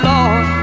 Lord